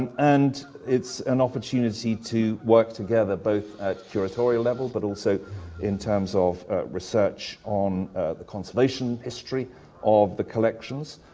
and it's an opportunity to work together, both at curatorial level but also in terms of research on the conservation history of the collections.